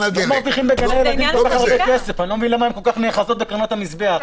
אני לא מבין למה הן כול כך נאחזות בקרנות המזבח.